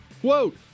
Quote